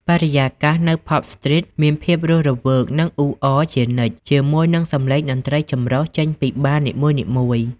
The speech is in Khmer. បរិយាកាសនៅ Pub Street មានភាពរស់រវើក និងអ៊ូអរជានិច្ច ជាមួយនឹងសំឡេងតន្ត្រីចម្រុះចេញពីបារនីមួយៗ។